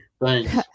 Thanks